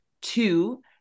Two